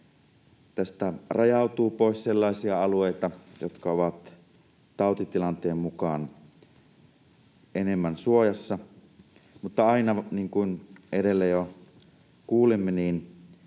tästä rajautuu pois sellaisia alueita, jotka ovat tautitilanteen mukaan enemmän suojassa. Mutta aina, niin kuin edellä jo kuulimme, se